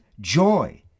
joy